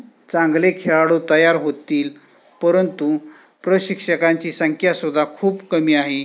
चांगले खेळाडू तयार होतील परंतु प्रशिक्षकांची संख्यासुद्धा खूप कमी आहे